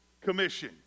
Commission